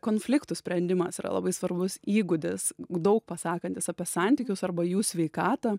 konfliktų sprendimas yra labai svarbus įgūdis daug pasakantis apie santykius arba jų sveikatą